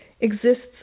exists